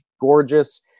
gorgeous